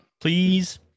Please